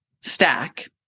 stack